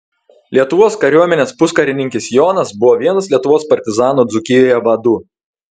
lietuvos kariuomenės puskarininkis jonas buvo vienas lietuvos partizanų dzūkijoje vadų